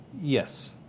Yes